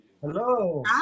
Hello